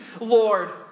Lord